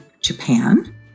Japan